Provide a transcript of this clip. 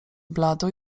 blado